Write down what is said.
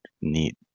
neat